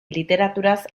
literaturaz